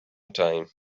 time